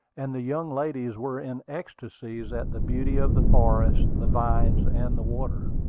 and the young ladies were in ecstasies at the beauty of the forest, the vines, and the water.